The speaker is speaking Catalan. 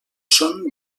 són